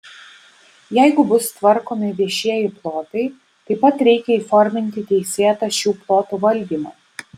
jeigu bus tvarkomi viešieji plotai taip pat reikia įforminti teisėtą šių plotų valdymą